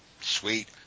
Sweet